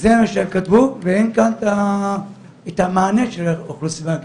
זה מה שהם כתבו ואין כאן את המענה של רשות האוכלוסין וההגירה.